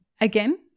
Again